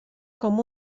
com